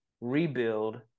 rebuild